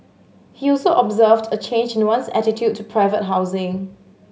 he also observed a change in one's attitude to private housing